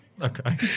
Okay